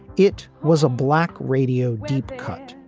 it was a black radio deep cut.